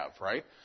right